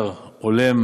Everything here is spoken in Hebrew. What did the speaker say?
הוא משלם שכר למחבלים